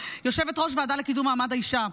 שהיא יושבת-ראש הוועדה לקידום מעמד האישה.